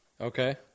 Okay